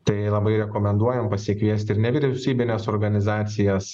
tai labai rekomenduojam pasikviest ir nevyriausybines organizacijas